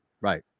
Right